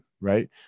right